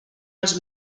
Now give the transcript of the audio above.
els